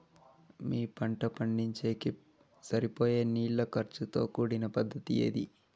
మీ పంట పండించేకి సరిపోయే నీళ్ల ఖర్చు తో కూడిన పద్ధతి ఏది?